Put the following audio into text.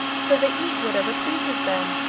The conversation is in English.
so they eat whatever pleases them.